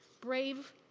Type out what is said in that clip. brave